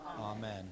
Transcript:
Amen